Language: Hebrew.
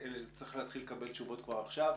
צריך להתחיל לקבל תשובות כבר עכשיו.